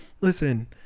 listen